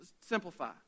Simplify